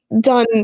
done